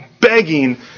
begging